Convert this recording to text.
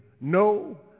no